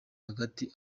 hagati